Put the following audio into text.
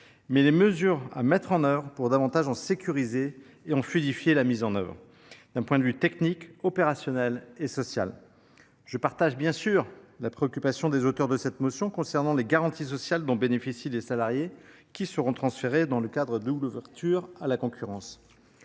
les mesures requises pour en sécuriser et en fluidifier davantage la mise en œuvre, d’un point de vue tant technique qu’opérationnel et social. Je partage évidemment la préoccupation des auteurs de cette motion concernant les garanties sociales dont bénéficient les salariés qui seront transférés dans le cadre de l’ouverture à la concurrence.